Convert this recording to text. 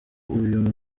uyu